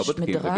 יש מדרג?